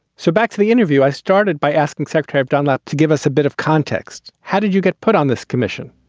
so back to the interview. i started by asking secretary of dunlap to give us a bit of context. how did you get put on this commission?